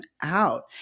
out